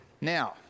Now